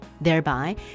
thereby